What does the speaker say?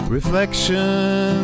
Reflection